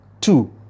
two